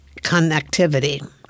connectivity